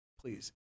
please